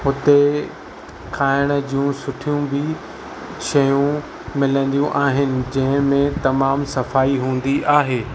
हुते खाइणु जूं सुठियूं बि शयूं मिलंदियूं आहिनि जंहिंमें तमामु सफ़ाई हूंदी आहे